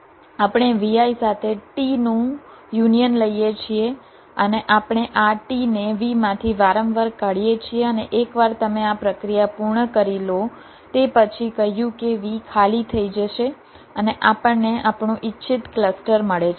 આપણે Vi સાથે t નું યુનિયન લઈએ છીએ અને આપણે આ t ને V માંથી વારંવાર કાઢીએ છીએ અને એકવાર તમે આ પ્રક્રિયા પૂર્ણ કરી લો તે પછી કહ્યું કે V ખાલી થઈ જશે અને આપણને આપણું ઇચ્છિત ક્લસ્ટર મળે છે